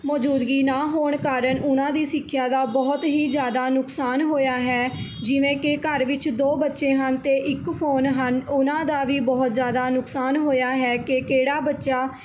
ਮੌਜੂਦਗੀ ਨਾ ਹੋਣ ਕਾਰਨ ਉਹਨਾਂ ਦੀ ਸਿੱਖਿਆ ਦਾ ਬਹੁਤ ਹੀ ਜ਼ਿਆਦਾ ਨੁਕਸਾਨ ਹੋਇਆ ਹੈ ਜਿਵੇਂ ਕਿ ਘਰ ਵਿੱਚ ਦੋ ਬੱਚੇ ਹਨ ਅਤੇ ਇੱਕ ਫੋਨ ਹਨ ਉਹਨਾਂ ਦਾ ਵੀ ਬਹੁਤ ਜ਼ਿਆਦਾ ਨੁਕਸਾਨ ਹੋਇਆ ਹੈ ਕਿ ਕਿਹੜਾ ਬੱਚਾ